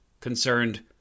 concerned